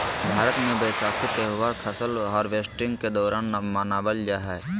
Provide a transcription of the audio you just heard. भारत मे वैसाखी त्यौहार फसल हार्वेस्टिंग के दौरान मनावल जा हय